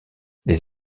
les